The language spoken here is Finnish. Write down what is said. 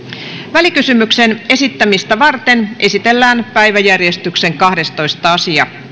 välikysymyksen esittämistä varten esitellään päiväjärjestyksen kahdestoista asia